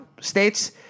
states